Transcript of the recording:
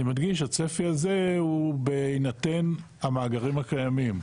אני מדגיש, הצפי הזה הוא בהינתן המאגרים הקיימים.